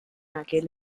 aquel